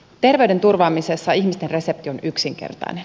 terveyden turvaamisessa ihmisten resepti on yksinkertainen